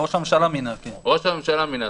ראש הממשלה מינה.